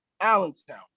Allentown